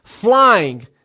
flying